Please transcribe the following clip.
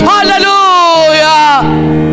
Hallelujah